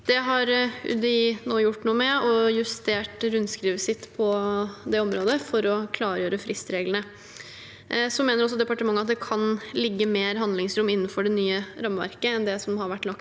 Det har UDI nå gjort noe med og justert rundskrivet sitt på det området for å klargjøre fristreglene. Departementet mener også at det kan ligge mer handlingsrom innenfor det nye rammeverket enn det som har vært lagt